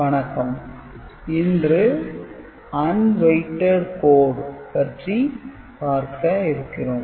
வணக்கம் இன்று "Unweighted code" பற்றி பார்க்க இருக்கிறோம்